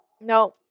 No